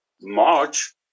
March